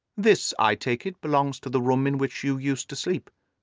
this, i take it, belongs to the room in which you used to sleep,